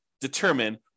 determine